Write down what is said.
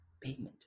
payment